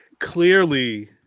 Clearly